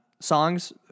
songs